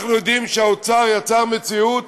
אנחנו יודעים שהאוצר יצר מציאות